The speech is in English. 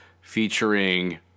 featuring